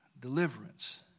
deliverance